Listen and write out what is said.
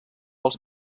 els